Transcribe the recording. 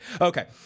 Okay